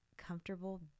Comfortable